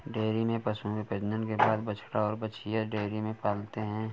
dairy में पशुओं के प्रजनन के बाद बछड़ा और बाछियाँ डेयरी में पलते हैं